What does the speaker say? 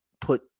put